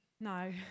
No